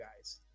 guys